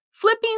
Flipping